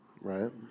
right